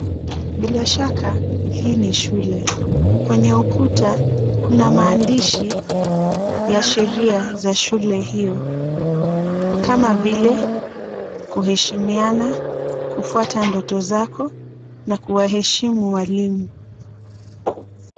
Bila shaka hii ni shule, kwenye ukuta kuna maandishi ya sheria za shule hiyo kama vile kuheshimiana, kufuata ndoto zako na kuwaheshimu walimu.